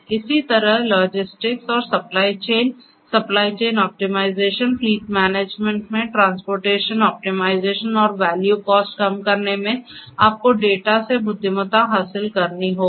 इसी तरह लॉजिस्टिक्स और supply chain supply chain optimisation fleet management में ट्रांसपोर्टेशन ऑप्टिमाइज़ेशनऔर फ्यूल कॉस्ट कम करने में आपको डेटा से बुद्धिमत्ता हासिल करनी होगी